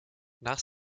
nach